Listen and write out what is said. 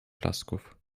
blasków